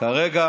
כרגע